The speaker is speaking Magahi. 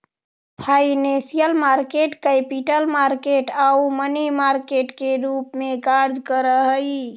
फाइनेंशियल मार्केट कैपिटल मार्केट आउ मनी मार्केट के रूप में कार्य करऽ हइ